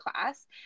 class